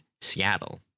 Seattle